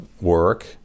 work